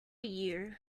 you